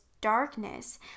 darkness